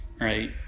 right